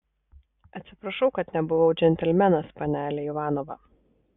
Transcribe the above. atsiprašau kad nebuvau džentelmenas panele ivanova